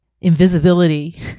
Invisibility